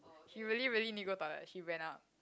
she really really need to go toilet she went out